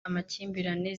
amakimbirane